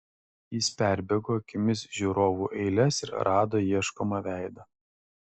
jis perbėgo akimis žiūrovų eiles ir rado ieškomą veidą